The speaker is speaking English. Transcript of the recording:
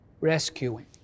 rescuing